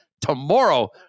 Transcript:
tomorrow